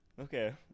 Okay